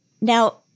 Now